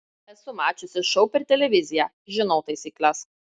esu mačiusi šou per televiziją žinau taisykles